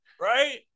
right